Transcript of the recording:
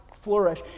flourish